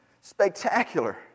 spectacular